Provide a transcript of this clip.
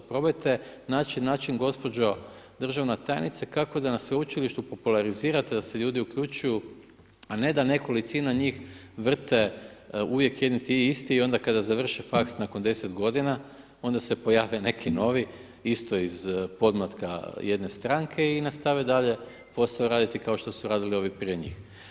Probajte naći način gospođo državna tajnice kako da na sveučilištu popularizirate da se ljudi uključuju, a ne da nekolicina njih vrte uvijek jedni te isti onda kada završe faks nakon 10 godina onda se pojave neki novi isto iz podmlatka jedne stranke i nastave dalje posao raditi kao što su radili ovi prije njih.